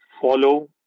follow